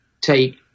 take